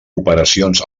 operacions